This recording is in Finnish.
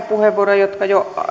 puheenvuoroja jotka jo